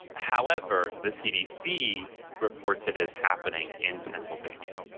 however, the cdc reports it is happening in pennsylvania.